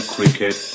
Cricket